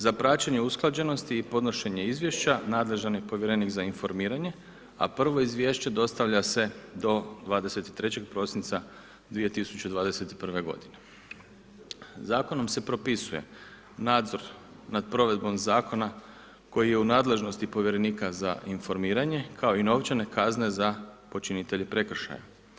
Za praćenje usklađenosti i podnošenja izvješća nadležan je povjerenik za informiranje a prvo izvješće dostavlja se do 23. prosinca 2021. g. Zakonom se propisuje nadzor nad provedbom zakona koji je u nadležnosti povjerenika za informiranje kao i novčane kazne za počinitelje prekršaja.